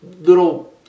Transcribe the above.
little